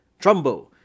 Trumbo